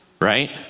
right